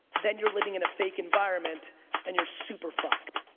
then you're living in a fake environment and you're super fucked.